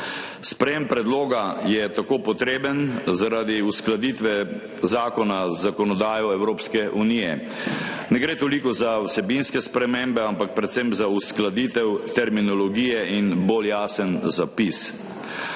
Sprejetje predloga je tako potrebno zaradi uskladitve zakona z zakonodajo Evropske unije. Ne gre toliko za vsebinske spremembe, ampak predvsem za uskladitev terminologije in bolj jasen zapis.